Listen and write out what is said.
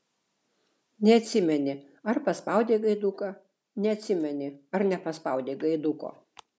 neatsimeni ar paspaudei gaiduką neatsimeni ar nepaspaudei gaiduko